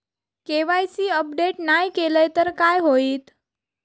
KYC update नाय केलय तर काय होईत?